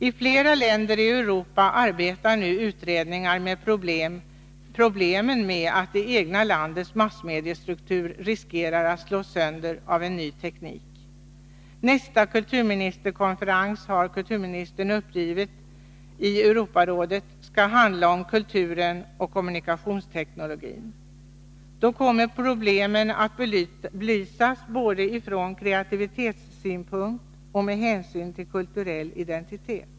I flera länder i Europa arbetar nu utredningar med problemen i samband med att det egna landets massmediestruktur riskerar att slås sönder av en ny teknik. Kulturministern har uppgivit att nästa kulturministerkonferens i Europarådet skall handla om kulturen och kommunikationsteknologin. Då kommer problemen att belysas både från kreativitetssynpunkt och med hänsyn till kulturell identitet.